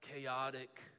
chaotic